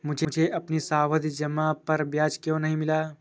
मुझे अपनी सावधि जमा पर ब्याज क्यो नहीं मिला?